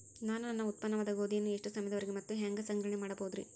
ನಾನು ನನ್ನ ಉತ್ಪನ್ನವಾದ ಗೋಧಿಯನ್ನ ಎಷ್ಟು ಸಮಯದವರೆಗೆ ಮತ್ತ ಹ್ಯಾಂಗ ಸಂಗ್ರಹಣೆ ಮಾಡಬಹುದುರೇ?